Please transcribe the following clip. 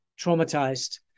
traumatized